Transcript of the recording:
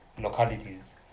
localities